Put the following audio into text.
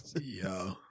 yo